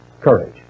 courage